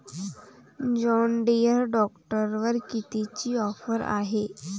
John Deere ट्रॅक्टरवर कितीची offer हाये?